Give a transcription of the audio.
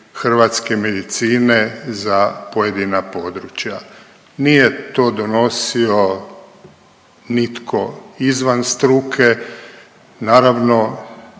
hrvatske medicine za pojedina područja. Nije to donosio nitko izvan struke, naravno